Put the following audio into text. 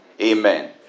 Amen